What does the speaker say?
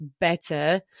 better